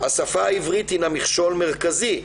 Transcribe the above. השפה העברית הינה מכשול מרכזי.